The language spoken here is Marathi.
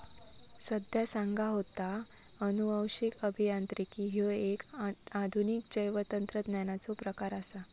संध्या सांगा होता, अनुवांशिक अभियांत्रिकी ह्यो एक आधुनिक जैवतंत्रज्ञानाचो प्रकार आसा